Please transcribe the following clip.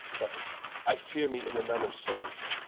but i feare me in another sence.